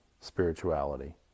spirituality